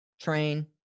train